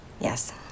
Yes